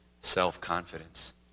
self-confidence